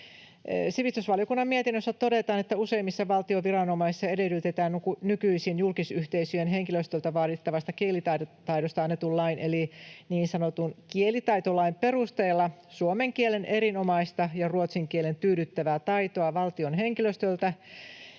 Sivistysvaliokunnan mietinnössä todetaan, että useimmissa valtion viranomaisissa edellytetään nykyisin julkisyhteisöjen henkilöstöltä vaadittavasta kielitaidosta annetun lain eli niin sanotun kielitaitolain perusteella suomen kielen erinomaista ja ruotsin kielen tyydyttävää taitoa valtion henkilöstöltä,